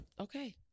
Okay